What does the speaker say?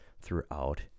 throughout